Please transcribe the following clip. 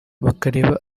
bakareba